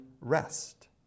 rest